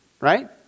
right